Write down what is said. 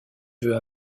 veux